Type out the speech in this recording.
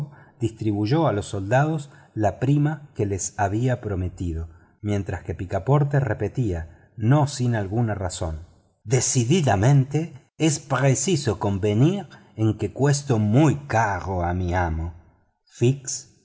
distribuyó a los soldados la prima que les había prometido mientras que picaporte repetía no sin alguna razón decididamente es preciso convenir en que cuesto muy caro a mi amo